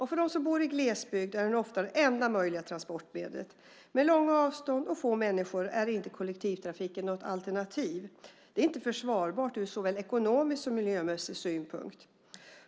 För dem som bor i glesbygd är den ofta det enda möjliga transportmedlet. Med långa avstånd och få människor är inte kollektivtrafik något alternativ. Det är inte försvarbart ur vare sig ekonomisk eller miljömässig synvinkel.